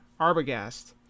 Arbogast